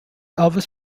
elvis